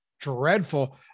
dreadful